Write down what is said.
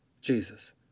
Jesus